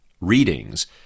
readings